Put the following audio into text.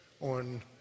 on